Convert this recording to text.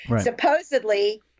Supposedly